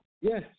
Yes